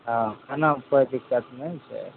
हँ खानामे कोइ दिक्कत नहि छै